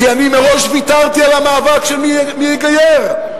כי אני מראש ויתרתי על המאבק של מי יגייר.